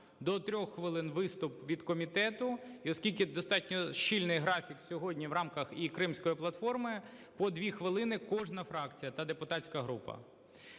до 3 хвилин – виступ від комітету. І оскільки достатньо щільний графік сьогодні в рамках і Кримської платформи, по 2 хвилини – кожна фракція та депутатська група.